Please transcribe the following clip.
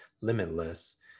Limitless